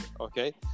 okay